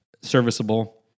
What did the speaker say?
serviceable